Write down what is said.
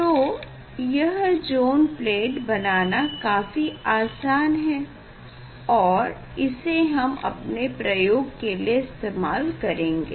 तो यह zone plate बनाना काफी आसान है और इसे हम अपने प्रयोग के लिए इस्तेमाल करेंगे